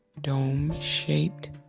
dome-shaped